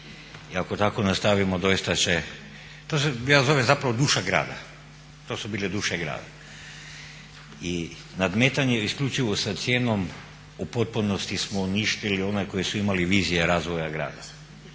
i ako tako nastavimo doista će, to ja zovem zapravo duša grada, to su bile duše grada. I nadmetanje isključivo sa cijenom u potpunosti smo uništili one koji su imali vizije razvoja grada,